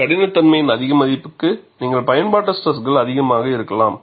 கடினத்தன்மையின் அதிக மதிப்புக்கு நீங்கள் பயன்ப்பாட்டு ஸ்ட்ரெஸ்கள் அதிகமாக இருக்கலாம்